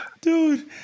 dude